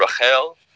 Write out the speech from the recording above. Rachel